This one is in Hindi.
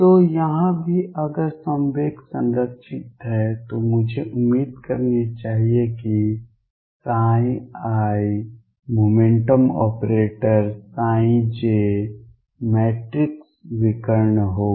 तो यहाँ भी अगर संवेग संरक्षित है तो मुझे उम्मीद करनी चाहिए कि ⟨ipj⟩ मैट्रिक्स विकर्ण होगा